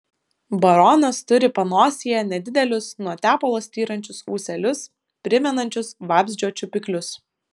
baronas turi panosėje nedidelius nuo tepalo styrančius ūselius primenančius vabzdžio čiupiklius